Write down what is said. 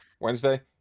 wednesday